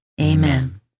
Amen